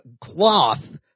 cloth